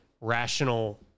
rational